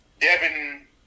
Devin